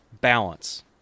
balance